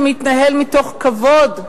שמתנהל מתוך כבוד,